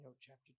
chapter